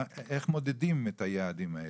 איך מודדים את היעדים האלה?